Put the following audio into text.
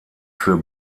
für